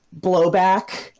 blowback